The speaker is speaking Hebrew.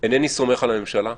אינני סומך על הממשלה,